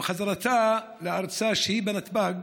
ובחזרתה לארצה, כשהיא בנתב"ג,